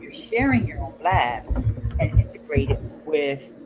sharing your own blab and integrate it with